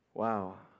Wow